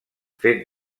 fet